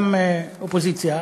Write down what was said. גם אופוזיציה,